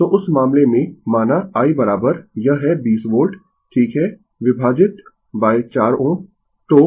तो उस मामले में माना i यह है 20 वोल्ट ठीक है विभाजित 4 Ω